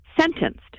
sentenced